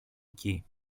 εκεί